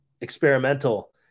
experimental